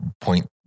point